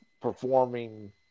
performing